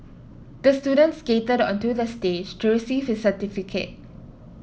the student skated onto the stage to receive his certificate